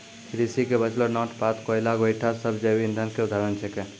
कृषि के बचलो डांट पात, कोयला, गोयठा सब जैव इंधन के उदाहरण छेकै